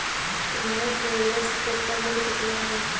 तुम्हारे travellers cheque का मूल्य कितना है?